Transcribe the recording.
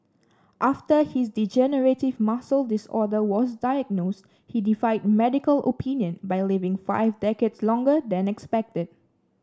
after his degenerative muscle disorder was diagnosed he defied medical opinion by living five decades longer than expected